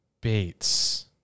Bates